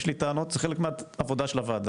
יש לי טענות, זה חלק מהעבודה של הוועדה.